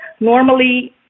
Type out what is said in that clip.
normally